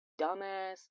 dumbass